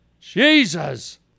Jesus